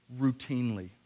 routinely